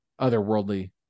otherworldly